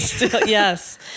Yes